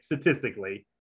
statistically